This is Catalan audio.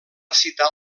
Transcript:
citar